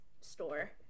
store